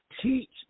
teach